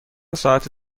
ساعت